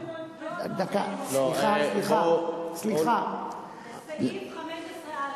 סליחה, סליחה, בסעיף 15א,